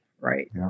right